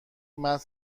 متن